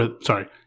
sorry